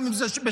גם אם זה בשבת,